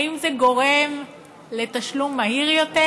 האם זה גורם לתשלום מהיר יותר